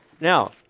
Now